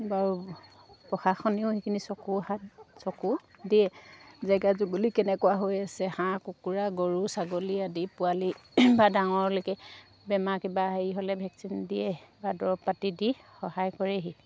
বাৰু প্ৰশাসনেও সেইখিনি চকু সাত চকু দিয়ে জেগা জুগুলি কেনেকুৱা হৈ আছে হাঁহ কুকুৰা গৰু ছাগলী আদি পোৱালি বা ডাঙৰলৈকে বেমাৰ কিবা হেৰি হ'লে ভেকচিন দিয়ে বা দৰৱ পাতি দি সহায় কৰেহি